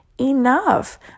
enough